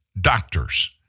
doctors